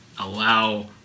allow